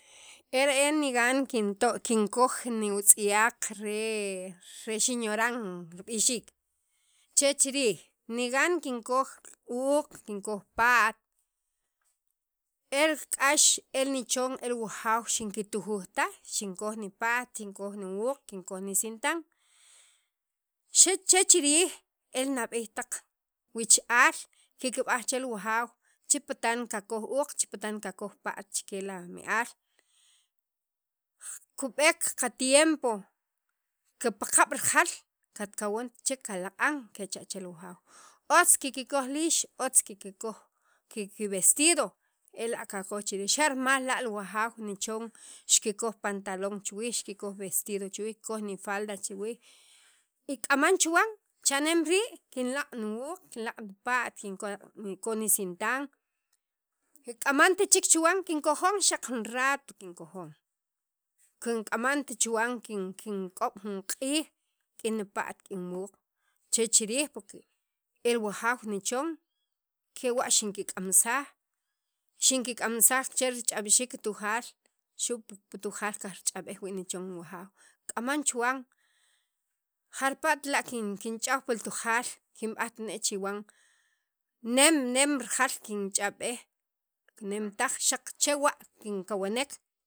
ere'en nigan kinto' kinkoj niwutz'yaq re xinyoran rib'ixiik che chirij nigan kinkoj uuq kinkoj pa't el k'ax eni chon e wujaw xinkitujuj taj kinkoj nipa't kinkoj niwuq kinkoj nisintan che chirij e nab'eey taq wich al kikb'aj chel wujaw che patan kakoj uuq che kapatan kakoj pa'at chike la mi- al kib'eek qatiempo kipaq'ab' rijal katkawant chek kalaq'an kechache wujaw otz kikoj liix otz kikoj kivestido ela' kakoj chirij xa rimal la' wujaw nichon xikikoj pantalon chuwij xikikoj vestido chuwij xikikoj nifalda chuwij y k'aman chuwan chanemri' kinlaq' wuuq kinlaq' nipa't kinkoj nisintan kik'amant chek kinkojon xaq jun rato kinkojon kik'amant chuwan kink'ob' jun q'iij k'in pa't k'in wuuq che chirij e wujaw nichon kewa' xinkik'amsaj xinkik'amsaj che rich'ab'xiik tujaal xu' pi tujaal kajrich'ab'ej nichon wujaw k'aman chuwan jarpla't la' kin kinch'aw pi tujaal kinb'ajtne' chiwan nem nem rijal kinch'awej nem taj xaq chewa' kinch'awek.